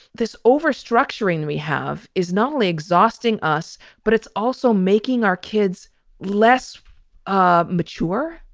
this over structuring we have is not only exhausting us, but it's also making our kids less ah mature,